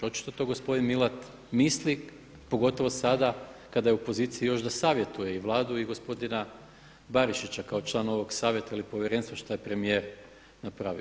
Očito to gospodin Milat misli pogotovo sada kada je u poziciji još da savjetuje i Vladu i gospodina Barišića kao član ovog savjeta ili povjerenstva šta je premijer napravio.